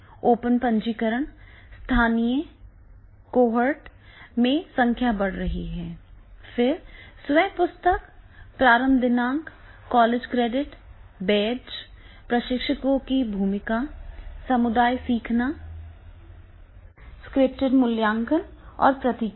open पंजीकरण स्थानीय cohorts में संख्या बढ़ रही है फिर स्व पुस्तक प्रारंभ दिनांक कॉलेज क्रेडिट बैज प्रशिक्षकों की भूमिका समुदाय सीखना स्क्रिप्टेड मूल्यांकन और प्रतिक्रिया